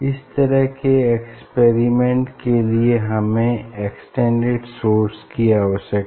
इस तरह के एक्सपेरिमेंट के लिए हमें एक्सटेंडेड सोर्स की आवश्यकता होती है